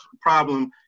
problem